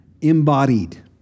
embodied